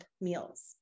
meals